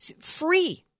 Free